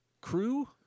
Crew